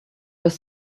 was